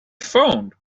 phoned